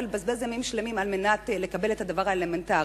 ולבזבז ימים שלמים על מנת לקבל את הדבר האלמנטרי.